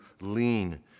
lean